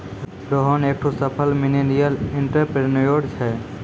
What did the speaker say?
रोहन एकठो सफल millennial entrepreneur छै